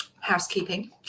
housekeeping